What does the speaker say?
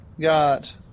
Got